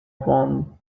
won